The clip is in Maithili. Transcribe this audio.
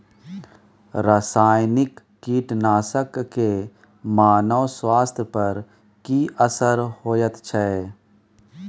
रसायनिक कीटनासक के मानव स्वास्थ्य पर की असर होयत छै?